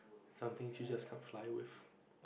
some things you just can't fly with